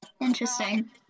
Interesting